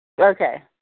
Okay